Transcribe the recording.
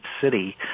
city